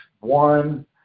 one